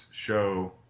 show